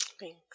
Thanks